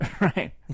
Right